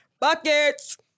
Buckets